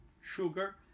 sugar